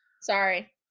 sorry